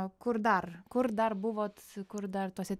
kur dar kur dar buvot kur dar tuose